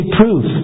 proof